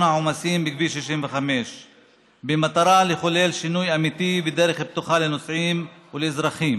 העומסים בכביש 65 במטרה לחולל שינוי אמיתי ודרך פתוחה לנוסעים ולאזרחים,